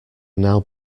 now